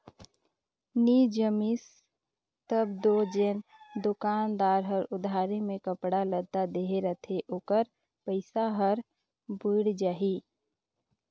नी जमिस तब दो जेन दोकानदार हर उधारी में कपड़ा लत्ता देहे रहथे ओकर पइसा हर बुइड़ जाही